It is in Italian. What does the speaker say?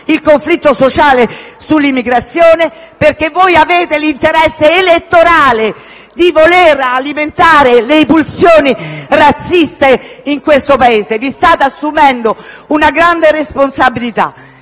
il conflitto sociale sull'immigrazione, in quanto avete l'interesse elettorale di alimentare le pulsioni razziste in questo Paese. Vi state assumendo una grande responsabilità.